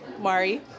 Mari